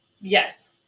Yes